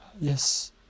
Yes